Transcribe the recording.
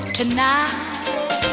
tonight